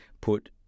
put